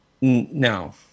No